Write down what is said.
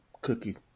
cookie